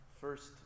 first